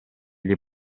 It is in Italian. gli